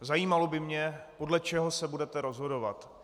Zajímalo by mě, podle čeho se budete rozhodovat.